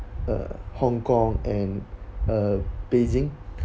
uh hong kong and uh Beijing